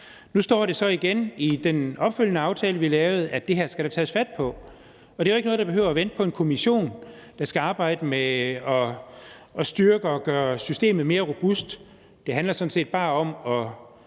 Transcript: Nu står det så igen i den opfølgende aftale, vi lavede, at det her skal der tages fat på. Det er ikke noget, der behøver at vente på en kommission, der skal arbejde med at styrke systemet og gøre det mere robust; det handler sådan set bare om at